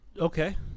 Okay